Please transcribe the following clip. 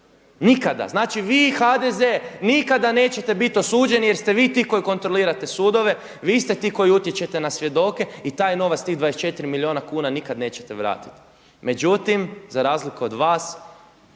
nikada. Znači vi i HDZ nikada nećete biti osuđeni jer ste vi ti koji kontrolirate sudove, vi ste ti koji utječete na svjedoke i taj novac tih 24 milijuna kuna nikada nećete vratiti. Međutim, za razliku od vas,